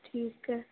ਠੀਕ ਹੈ